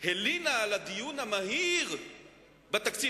הלינה על הדיון המהיר בתקציב.